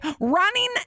running